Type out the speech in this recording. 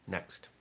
Next